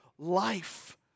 Life